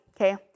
okay